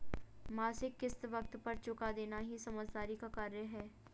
मासिक किश्त वक़्त पर चूका देना ही समझदारी का कार्य है